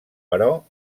però